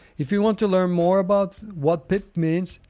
if you want to learn more about what pip means,